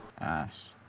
ass